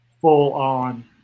full-on